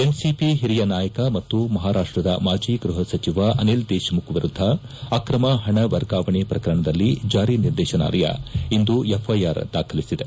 NCP ಹಿರಿಯ ನಾಯಕ ಮತ್ತು ಮಹಾರಾಪ್ಲದ ಮಾಜಿ ಗ್ಲಹ ಸಚಿವ ಅನಿಲ್ ದೇಶ್ಮುಖ್ ವಿರುದ್ದ ಆಕ್ರಮ ಹಣ ವರ್ಗಾವಣೆ ಪ್ರಕರಣದಲ್ಲಿ ಜಾರಿ ನಿರ್ದೇಶನಾಲಯ ಇಂದು ಎಫ್ಐಆರ್ ದಾಖಲಿಸಿದೆ